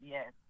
Yes